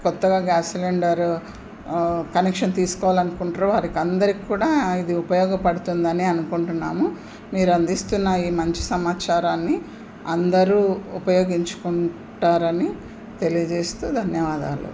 కొత్తగా gas cylinder connection తీసుకోవాలనుకుంటున్నారో వారందరికీ కూడా ఇది ఉపయోగపడుతుందని అనుకుంటున్నాము మీరు అందిస్తున్న ఈ మంచి సమాచారాన్ని అందరూ ఉపయోగించుకుంటారని తెలియజేస్తూ ధన్యవాదాలు